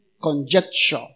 conjecture